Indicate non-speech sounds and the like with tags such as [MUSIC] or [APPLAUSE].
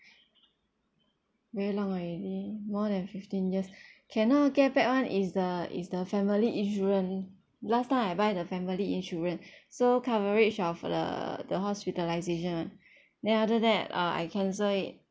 very long already more than fifteen years [BREATH] cannot get back [one] is the is the family insurance last time I buy the family insurance so coverage of the the hospitalisation [one] then after that uh I cancel it